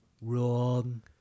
wrong